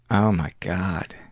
oh my god.